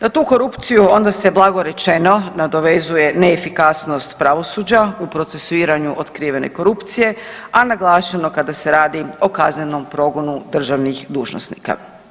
Na tu korupciju onda se blago rečeno nadovezuje neefikasnost pravosuđa u procesuiranju otkrivene korupcije, a naglašeno kada se radi o kaznenom progonu državnih dužnosnika.